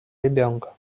ребенка